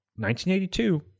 1982